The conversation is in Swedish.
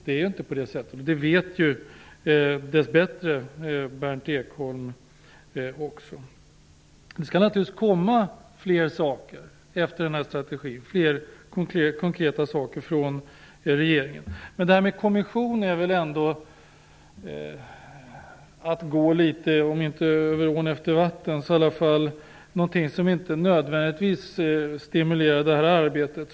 Det är inte på det viset, och det vet ju dess bättre också Berndt Det skall komma flera konkreta saker från regeringen. Men att tillsätta en kommission är nästan som att gå över ån efter vatten. Det stimulerar väl inte det här arbetet.